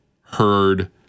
heard